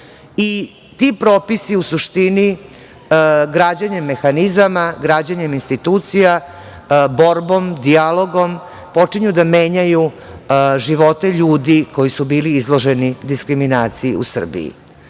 i ti propisi u suštini građenjem mehanizama, građenjem institucija, borbom, dijalogom počinju da menjaju živote ljudi koji su bili izloženi diskriminaciji u Srbiji. Čuđenje